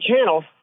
channel